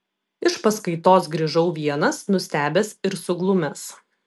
iš paskaitos grįžau vienas nustebęs ir suglumęs